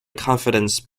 confidence